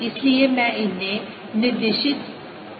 इसलिए मैं इन्हें निर्दिष्ट कर रहा हूं